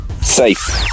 Safe